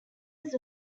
was